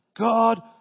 God